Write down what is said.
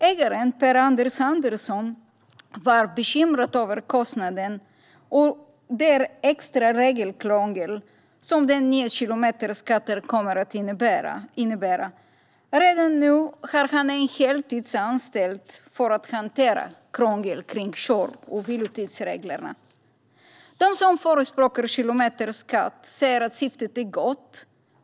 Ägaren, Per-Anders Andersson, var bekymrad över kostnaden och det extra regelkrångel som den nya kilometerskatten kommer att innebära. Redan nu har han en heltidsanställd för att hantera krånglet med kör och vilotidsreglerna. De som förespråkar kilometerskatt säger att syftet är gott.